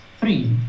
Three